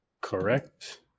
Correct